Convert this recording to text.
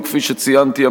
וכפי שציינתי,